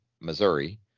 Missouri